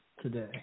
today